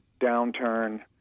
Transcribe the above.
downturn